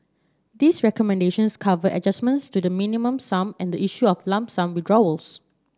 these recommendations cover adjustments to the Minimum Sum and the issue of lump sum withdrawals